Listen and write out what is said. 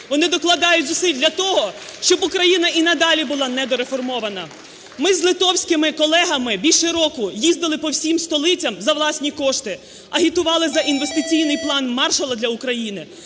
вони докладають зусиль для того, щоб Україна і надалі була недореформована. Ми з литовськими колегами більше року їздили по всім столицям за власні кошти, агітували за інвестиційний план Маршалла для України.